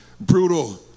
brutal